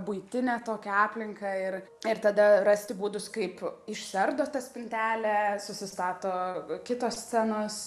buitinę tokią aplinką ir ir tada rasti būdus kaip išsiardo ta spintelė susistato kitos scenos